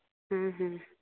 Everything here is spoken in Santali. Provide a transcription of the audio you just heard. ᱦᱮᱸ ᱦᱮᱸ